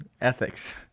ethics